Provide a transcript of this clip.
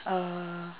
uh